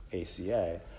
ACA